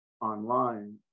online